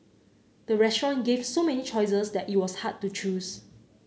the restaurant gave so many choices that it was hard to choose